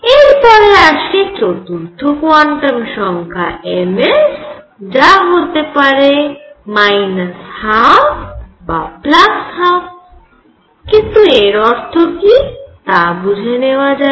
এরপরে আসে চতুর্থ কোয়ান্টাম সংখ্যা ms যা হতে পারে 12 বা 12 কিন্তু এর অর্থ কি তা বুঝে নেওয়া যাক